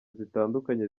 zitandukanye